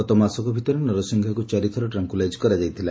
ଗତ ମାସକ ଭିତରେ ନରସିଂହାକୁ ଚାରିଥର ଟ୍ରାଙ୍କୁଲାଇଜ୍ କରାଯାଇଥିଲା